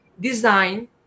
design